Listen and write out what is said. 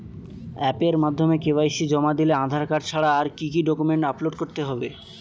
অ্যাপের মাধ্যমে কে.ওয়াই.সি জমা দিলে আধার কার্ড ছাড়া আর কি কি ডকুমেন্টস আপলোড করতে হবে?